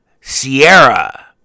Sierra